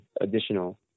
additional